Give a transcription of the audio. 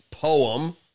poem